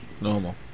Normal